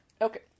Okay